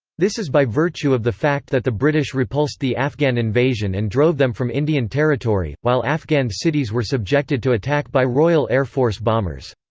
this is by virtue of the fact that the british repulsed the afghan invasion and drove them from indian territory, while afghan cities were subjected to attack by royal air force bombers.